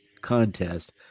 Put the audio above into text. contest